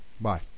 Bye